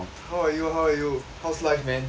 how are you how you how's life man